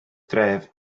dref